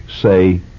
say